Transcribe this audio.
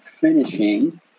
finishing